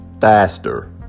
Faster